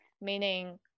meaning